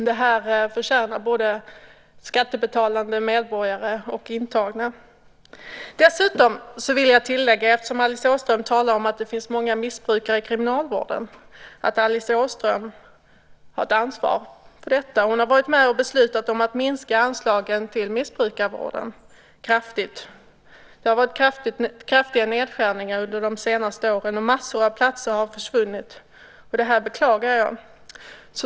Det förtjänar både skattebetalande medborgare och intagna. Dessutom vill jag tilläga, med tanke på att Alice Åström talar om att det finns många missbrukare i kriminalvården, att Alice Åström har ett ansvar för det. Hon har varit med om att besluta om att kraftigt minska anslagen till missbrukarvården. Det har varit kraftiga nedskärningar under de senaste åren, och massor av platser har försvunnit. Det beklagar jag.